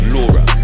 Laura